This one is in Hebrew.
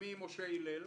שמי משה הלל.